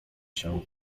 się